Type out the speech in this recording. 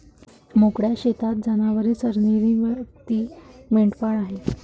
मोकळ्या शेतात जनावरे चरणारी व्यक्ती मेंढपाळ आहे